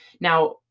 Now